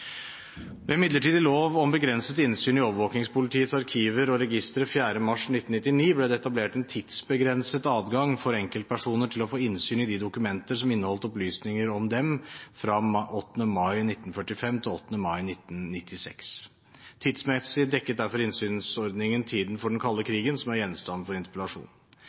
Ved midlertidig lov om begrenset innsyn i overvåkningspolitiets arkiver og registre av 4. mars 1999 ble det etablert en tidsbegrenset adgang for enkeltpersoner til å få innsyn i de dokumenter som inneholdt opplysninger om dem fra 8. mai 1945 til 8. mai 1996. Tidsmessig dekket derfor innsynsordningen tiden for den kalde krigen – som er gjenstand for